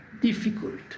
difficult